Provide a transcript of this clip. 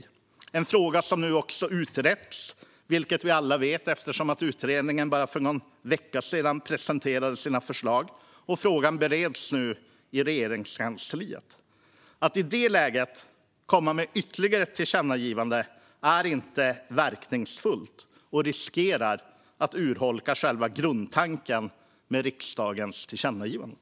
Det är en fråga som nu också utretts, vilket vi alla vet eftersom utredningen för bara någon vecka sedan presenterade sina förslag. Frågan bereds nu i Regeringskansliet. Att i det läget komma med ytterligare ett tillkännagivande är inte verkningsfullt och riskerar att urholka själva grundtanken med riksdagens tillkännagivanden.